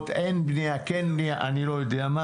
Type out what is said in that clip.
תראה איך אני מקשר לך.